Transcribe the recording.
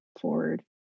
forward